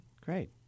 Great